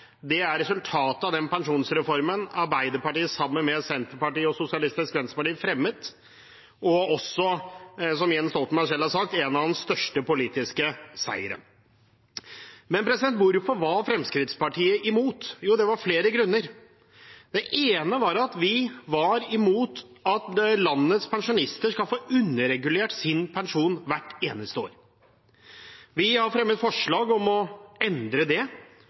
Det er resultatet av den pensjonsreformen Arbeiderpartiet sammen med Senterpartiet og Sosialistisk Venstreparti fremmet, og også, som Jens Stoltenberg selv har sagt det, en av hans største politiske seiere. Men hvorfor var Fremskrittspartiet imot? Jo, det var av flere grunner. Den ene var at vi var imot at landets pensjonister skal få underregulert sin pensjon hvert eneste år. Vi har gang på gang fremmet forslag om å endre det,